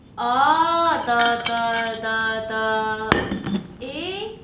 orh the the the the eh